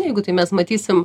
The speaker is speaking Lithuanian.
jeigu tai mes matysim